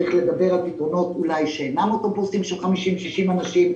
צריך לדבר על פתרונות אולי שאינם אוטובוסים של 60-50 אנשים,